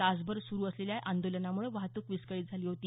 तासभर सुरू असलेल्या आंदोलनामुळे वाहतूक विस्कळीत झाली होती